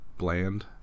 Bland